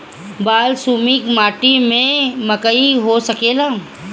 बलसूमी माटी में मकई हो सकेला?